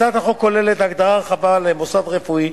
הצעת החוק כוללת הגדרה רחבה של מוסד רפואי,